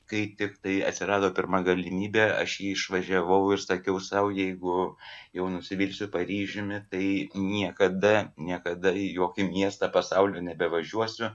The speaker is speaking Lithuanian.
kai tiktai atsirado pirma galimybė aš į jį išvažiavau ir sakiau sau jeigu jau nusivilsiu paryžiumi tai niekada niekada į jokį miestą pasaulio nebevažiuosiu